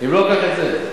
אם לא, קח את זה.